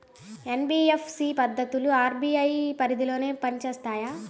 NBFC సంస్థలు RBI పరిధిలోనే పని చేస్తాయా?